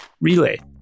Relay